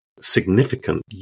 significant